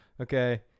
Okay